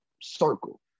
circle